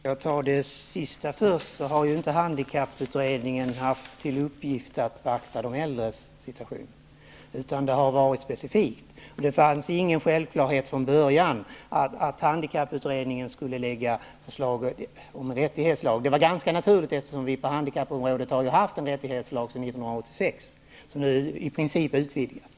Fru talman! Jag tar upp det sist nämnda först. Handikapputredningen har inte haft i uppgift att beakta de äldres situation, utan det har varit någonting specifikt. Det var inte en självklarhet från början att handikapputredningen skulle lägga fram ett förslag till en rättighetslag. Men det var ganska naturligt, eftersom det på handikappområdet finns en rättighetslag sedan 1986, som nu i princip utvidgats.